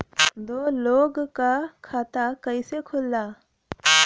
दो लोगक खाता कइसे खुल्ला?